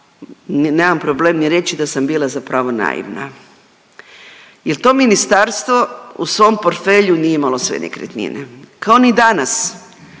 nemam problem ni reći da sam bila zapravo naivna. Jer to ministarstvo u svom portfelju nije imalo sve nekretnine, kao ni danas.